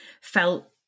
felt